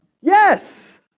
Yes